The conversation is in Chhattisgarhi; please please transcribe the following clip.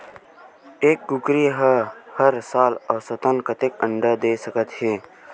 एक कुकरी हर साल औसतन कतेक अंडा दे सकत हे?